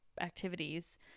activities